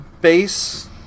base